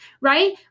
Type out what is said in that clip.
right